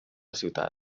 ciutat